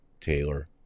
Taylor